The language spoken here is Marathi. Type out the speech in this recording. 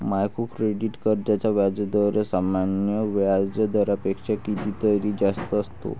मायक्रो क्रेडिट कर्जांचा व्याजदर सामान्य व्याज दरापेक्षा कितीतरी जास्त असतो